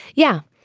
yeah.